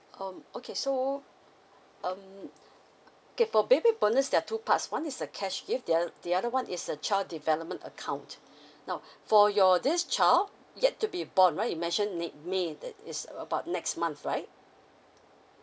um okay so um okay for baby bonus there are two parts one is the cash gift the o~ the other one is the child development account now for your this child yet to be born right you mention next may that is about next month right